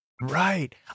Right